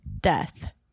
death